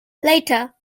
later